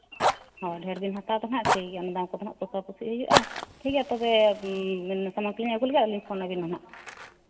ᱦᱳᱭ ᱰᱷᱮᱨ ᱵᱮᱱ ᱦᱟᱛᱟᱣ ᱫᱚ ᱦᱟᱸᱜ ᱴᱷᱤᱠ ᱜᱮᱭᱟ ᱫᱟᱢ ᱠᱚᱫᱚ ᱦᱟᱸᱜ ᱯᱚᱥᱟᱯᱚᱥᱤ ᱦᱩᱭᱩᱜᱼᱟ ᱴᱷᱤᱠ ᱜᱮᱭᱟ ᱛᱚᱵᱮ ᱟᱨᱞᱤᱧ ᱯᱷᱚᱱ ᱟᱵᱮᱱᱟ ᱦᱟᱸᱜ